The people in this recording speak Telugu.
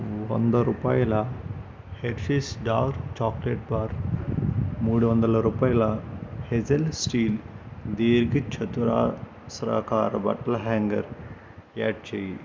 వంద రూపాయల హెర్షీస్ డార్క్ చాక్లెట్ బార్ మూడు వందల రూపాయల హెజల్ స్టీల్ దీర్ఘ చతురస్రాకార బట్టల హ్యాంగర్ యాడ్ చేయి